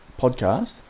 podcast